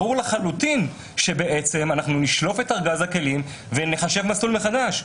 ברור לחלוטין שנשלוף את ארגז הכלים ונחשב מסלול מחדש.